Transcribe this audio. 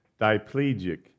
diplegic